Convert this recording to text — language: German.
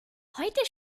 heute